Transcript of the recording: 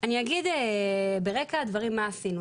אני אגיד ברקע הדברים מה עשינו.